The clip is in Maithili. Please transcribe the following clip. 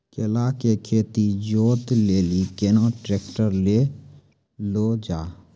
केला के खेत जोत लिली केना ट्रैक्टर ले लो जा?